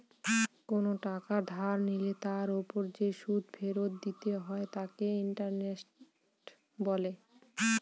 কোন টাকা ধার নিলে তার ওপর যে সুদ ফেরত দিতে হয় তাকে ইন্টারেস্ট বলে